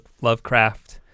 Lovecraft